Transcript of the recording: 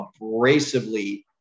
abrasively